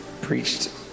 preached